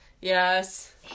Yes